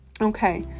Okay